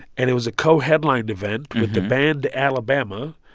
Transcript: and it was a co-headlined event with the band alabama.